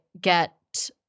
get